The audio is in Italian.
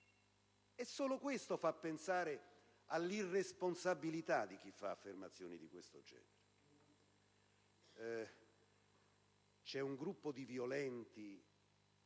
Solo questo fa pensare all'irresponsabilità di chi fa affermazioni di questo genere.